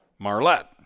Marlette